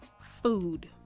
food